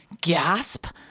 gasp